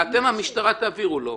אתם המשטרה תעבירו לו?